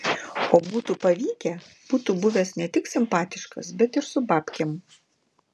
o būtų pavykę būtų buvęs ne tik simpatiškas bet ir su babkėm